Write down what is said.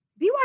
BYU